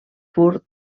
pur